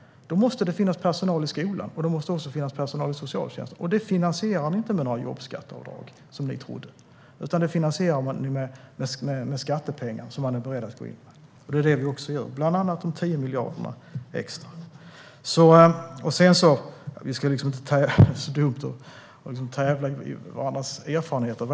Då måste det finnas personal i skolan, och det måste finnas personal i socialtjänsten. Det finansierar man inte med några jobbskatteavdrag, som ni trodde, utan det finansierar man med skattepengar som man är beredd att gå in med. Det är också det vi gör - bland annat med de 10 miljarderna extra. Vi ska inte tävla i erfarenheter; det är dumt.